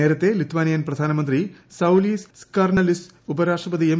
നേരത്തെ ലിത്വാനിയൻ പ്രധാനമന്ത്രി Saulius Skvernelis ഉപരാഷ്ട്രപതി എം